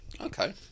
Okay